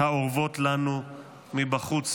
האורבות לנו מבחוץ".